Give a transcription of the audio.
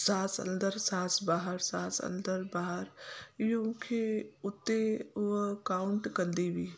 साहु अंदरु साहु बाहिरि साहु अंदरु बाहिरि इहो मूंखे हुते उहा काउंट कंदी हुई